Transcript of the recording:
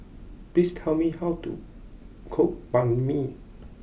please tell me how to cook Banh Mi